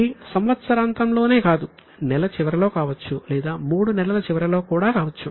ఇది సంవత్సరాంతంలోనే కాదు నెల చివరలో కావచ్చు లేదా మూడు నెలల చివరలో కూడా కావచ్చు